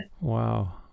Wow